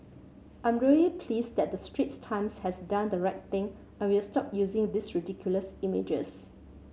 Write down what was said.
I'm really pleased that the Straits Times has done the right thing and will stop using these ridiculous images